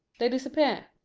they disappear.